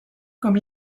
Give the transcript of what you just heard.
comme